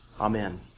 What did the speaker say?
Amen